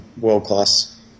world-class